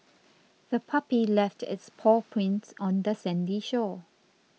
the puppy left its paw prints on the sandy shore